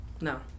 no